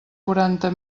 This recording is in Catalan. quaranta